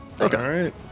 Okay